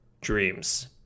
dreams